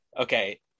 okay